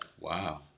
Wow